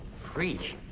freak,